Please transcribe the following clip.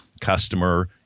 customer